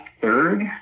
third